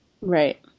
Right